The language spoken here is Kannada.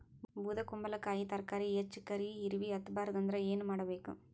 ಬೊದಕುಂಬಲಕಾಯಿ ತರಕಾರಿ ಹೆಚ್ಚ ಕರಿ ಇರವಿಹತ ಬಾರದು ಅಂದರ ಏನ ಮಾಡಬೇಕು?